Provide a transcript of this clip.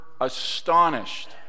astonished